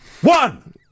One